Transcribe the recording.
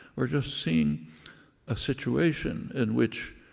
or just seeing a situation in which,